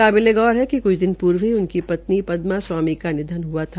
काबिलेगौर है कि कूद दिन पूर्व ही उनकी पत्नी पदमा स्वामी का निधन हआ था